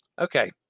Okay